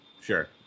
sure